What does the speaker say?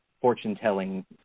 fortune-telling